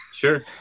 Sure